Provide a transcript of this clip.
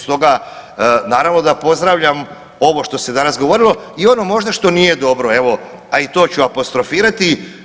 Stoga naravno da pozdravljam ovo što se danas govorilo i ono možda što nije dobro, evo a i to ću apostrofirati.